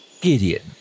Gideon